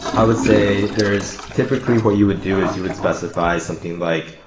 i would say there's typically what you would do is you would specify something like,